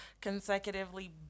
consecutively